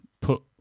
put